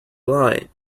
lie